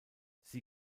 sie